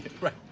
Right